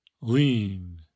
lean